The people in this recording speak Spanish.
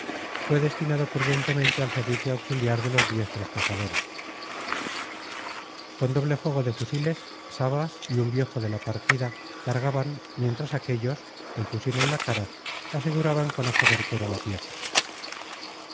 fue destinado prudentemente al servicio auxiliar de los diestros cazadores con doble juego de fusiles sabas y un viejo de la partida cargaban mientras aquellos el fusil en la cara aseguraban con ojo certero la pieza